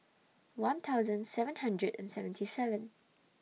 one thousand seven hundred and seventy seven